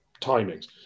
timings